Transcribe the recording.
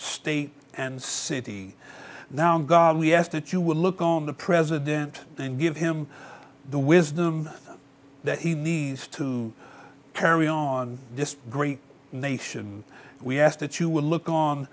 state and city now and god we ask that you will look on the president and give him the wisdom that he needs to carry on this great nation we ask that you will look on